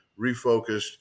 refocused